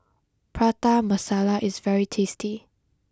Prata Masala is very tasty